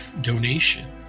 donation